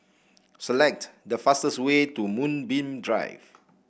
select the fastest way to Moonbeam Drive